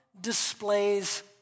displays